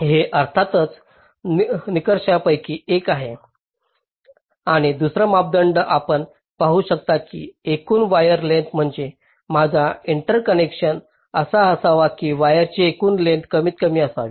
हे अर्थातच निकषांपैकी एक आहे आणि दुसरा मापदंड आपण पाहू शकता की एकूण वायर लेंग्थस म्हणजे माझा इंटरकनेक्शन असा असावा की वायरची एकूण लेंग्थस कमीतकमी असावी